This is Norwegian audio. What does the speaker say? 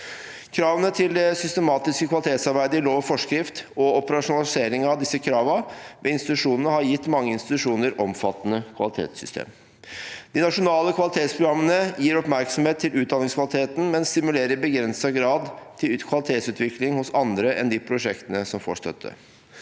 Kravene til det systematiske kvalitetsarbeidet i lov og forskrift og operasjonaliseringen av disse kravene ved institusjonene har gitt mange institusjoner omfattende kvalitetssystemer. – De nasjonale kvalitetsprogrammene gir oppmerksomhet til utdanningskvaliteten, men stimulerer i begrenset grad til kvalitetsutvikling hos andre enn de prosjektene som får støtte.